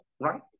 right